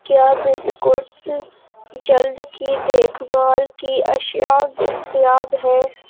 کیا بسکٹس جلد کی دیکھ بھال کی اشیاء دستیاب ہیں